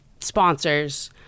sponsors